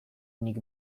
nik